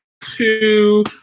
two